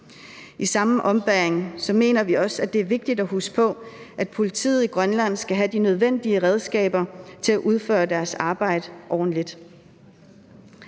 I samme ombæring mener vi også, at det er vigtigt at huske på, at politiet i Grønland skal have de nødvendige redskaber til at udføre deres arbejde ordentligt.